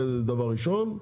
זה דבר ראשון.